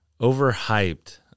Overhyped